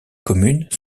communes